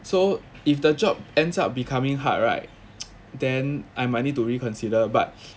so if the job ends up becoming hard right then I need to reconsider but